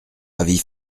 avis